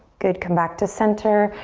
good, come back to center.